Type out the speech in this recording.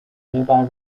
nearby